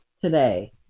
today